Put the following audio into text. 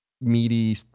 meaty